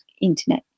internet